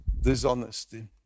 dishonesty